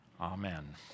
Amen